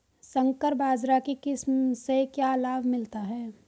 संकर बाजरा की किस्म से क्या लाभ मिलता है?